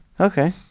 Okay